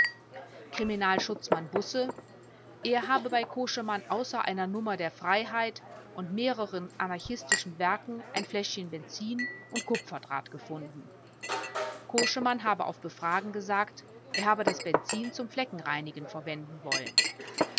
kriminalschutzmann busse er habe bei koschemann außer einer nummer der freiheit und mehreren anarchistischen werken ein fläschchen benzin und kupferdraht gefunden koschemann habe auf befragen gesagt er habe das benzin zum fleckenreinigen verwenden wollen